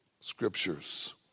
scriptures